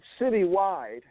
Citywide